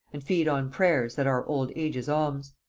and feed on pray'rs that are old age's alms.